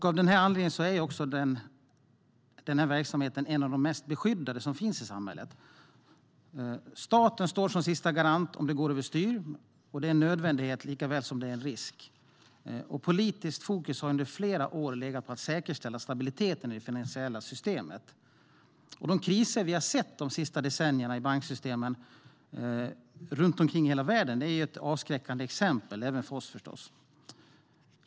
Av den anledningen är den här verksamheten en av de mest beskyddade som finns i samhället. Staten står som sista garant om det går över styr. Det är en nödvändighet likaväl som det är en risk. Politiskt fokus har under flera år legat på att säkerställa stabiliteten i det finansiella systemet. De kriser vi har sett de senaste decennierna i banksystemen runt hela världen är avskräckande exempel även för oss.